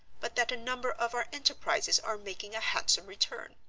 but that a number of our enterprises are making a handsome return.